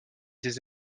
des